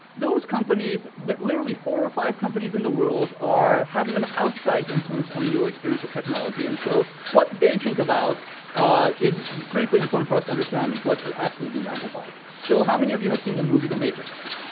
those companies literally four or five companies in the world are having an outside influence on your experience of technology and so. what they think about is critically important for us to understand, and what actually, being amplified? so how many of you have seen the movie, the matrix?